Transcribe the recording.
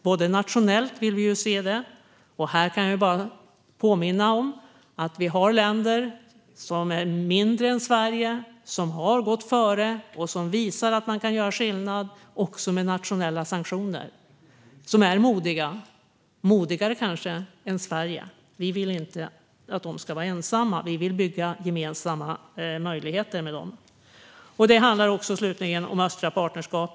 Även nationellt vill vi se det. Här kan jag bara påminna om att vi har länder som är mindre än Sverige som har gått före och som visar att man kan göra skillnad också med nationella sanktioner. De är modiga, kanske modigare än Sverige. Vi vill inte att de ska vara ensamma. Vi vill bygga gemensamma möjligheter med dem. Det handlar också om det östliga partnerskapet.